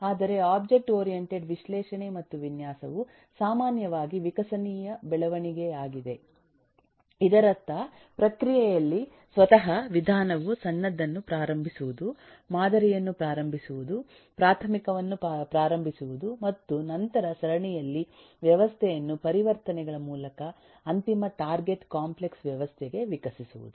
ಆದರೆ object oriented ವಿಶ್ಲೇಷಣೆ ಮತ್ತು ವಿನ್ಯಾಸವು ಸಾಮಾನ್ಯವಾಗಿ ವಿಕಸನೀಯ ಬೆಳವಣಿಗೆಯಾಗಿದೆ ಇದರರ್ಥ ಪ್ರಕ್ರಿಯೆಯಲ್ಲಿ ಸ್ವತಃ ವಿಧಾನವು ಸಣ್ಣದನ್ನು ಪ್ರಾರಂಭಿಸುವುದು ಮಾದರಿಯನ್ನು ಪ್ರಾರಂಭಿಸುವುದು ಪ್ರಾಥಮಿಕವನ್ನು ಪ್ರಾರಂಭಿಸುವುದು ಮತ್ತು ನಂತರ ಸರಣಿಯಲ್ಲಿ ವ್ಯವಸ್ಥೆಯನ್ನು ಪರಿವರ್ತನೆಗಳ ಮೂಲಕ ಅಂತಿಮ ಟಾರ್ಗೆಟ್ ಕಾಂಪ್ಲೆಕ್ಸ್ ವ್ಯವಸ್ಥೆಗೆ ವಿಕಸಿಸುವುದು